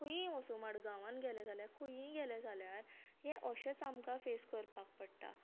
खंयूय वचूं मडगांवान गेले जाल्यार खंयी गेले जाल्यार हे अशेच आमकां फेस करपाक पडटा